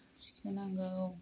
थिखोनांगौ